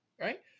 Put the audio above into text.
Right